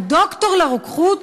הוא דוקטור לרוקחות,